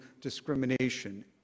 discrimination